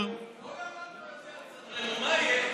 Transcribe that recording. האוזר, כל הזמן, סן רמו, מה יהיה?